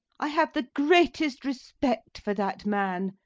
i have the greatest respect for that man,